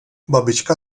babička